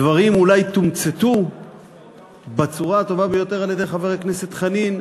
הדברים אולי תומצתו בצורה הטובה ביותר על-ידי חבר הכנסת חנין,